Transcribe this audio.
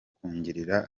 kungirira